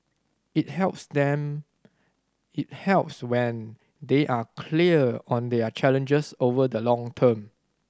it helps then it helps when they are clear on their challenges over the long term